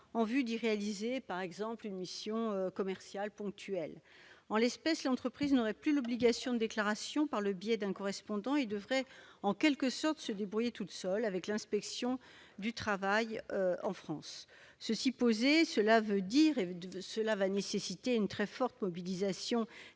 en vue d'y réaliser, par exemple, une mission commerciale ponctuelle. En l'espèce, l'entreprise n'aurait plus l'obligation de déclaration par le biais d'un correspondant et devrait en quelque sorte se débrouiller toute seule avec l'inspection du travail en France. Cela va nécessiter une très forte mobilisation